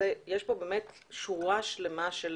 יש פה שורה שלמה של